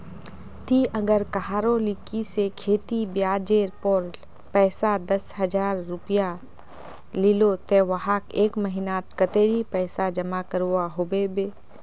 ती अगर कहारो लिकी से खेती ब्याज जेर पोर पैसा दस हजार रुपया लिलो ते वाहक एक महीना नात कतेरी पैसा जमा करवा होबे बे?